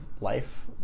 life